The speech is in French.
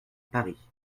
paris